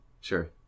Sure